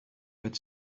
but